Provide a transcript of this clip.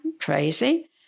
Crazy